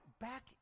back